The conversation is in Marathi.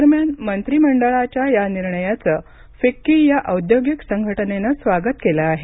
दरम्यान मंत्रीमंडळाच्या या निर्णयाचं फिक्की या औद्योगिक संघटनेनं स्वागत केलं आहे